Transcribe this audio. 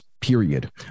period